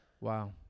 Wow